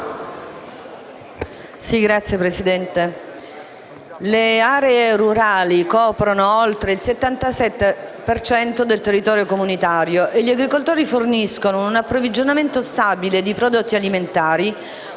Signor Presidente, le aree rurali coprono oltre il 77 per cento del territorio comunitario e gli agricoltori forniscono un approvvigionamento stabile di prodotti alimentari,